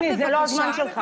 גפני, אני לא רוצה שתפריע לי.